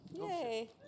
Yay